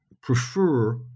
prefer